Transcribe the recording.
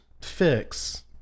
fix